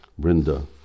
Brinda